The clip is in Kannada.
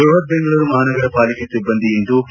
ಬೃಹತ್ ಬೆಂಗಳೂರು ಮಹಾನಗರ ಪಾಲಿಕೆ ಸಿಬ್ಬಂದಿ ಇಂದು ಕೆ